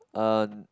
uh